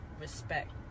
Respect